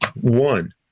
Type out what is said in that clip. One